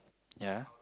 ya